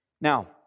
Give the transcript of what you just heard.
Now